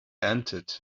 entered